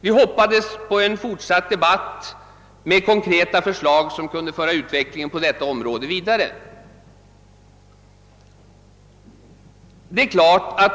Vi hoppades på en fortsatt debatt med konkreta förslag som kunde föra utvecklingen på detta område vidare.